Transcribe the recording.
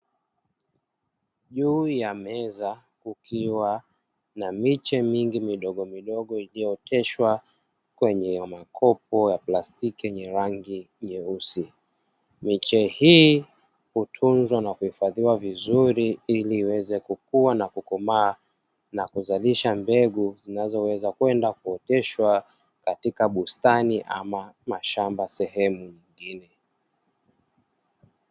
Juu ya meza kukiwa na miche mingi midogomidogo iliyooteshwa kwenye makopo ya plastiki yenye rangi nyeusi. Miche hii hutunzwa na kuhifadhiwa vizuri ili iweze kukua, na kukomaa na kuzalisha mbegu zinazoweza kwenda kuoteshwa katika bustani ama mashamba sehemu nyingine.